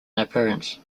appearance